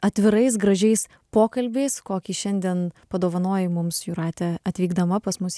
atvirais gražiais pokalbiais kokį šiandien padovanojai mums jūrate atvykdama pas mus